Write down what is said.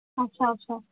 اَچھا اَچھا